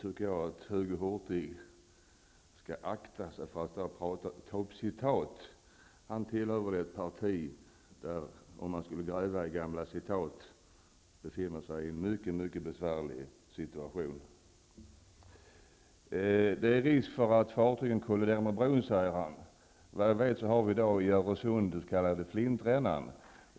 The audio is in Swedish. Bengt Hurtig skall akta sig för att citera. Han tillhör det parti som, om man skulle börja gräva i gamla citat, befinner sig i en besvärlig situation. Bengt Hurtig säger att det finns en risk att fartyg kommer att kollidera med bron. I Öresund finns den s.k. Flintrännan.